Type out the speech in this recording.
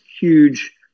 huge